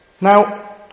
Now